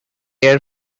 air